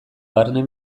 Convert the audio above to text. barne